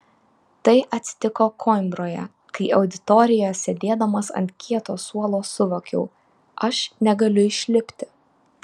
tai atsitiko koimbroje kai auditorijoje sėdėdamas ant kieto suolo suvokiau aš negaliu išlipti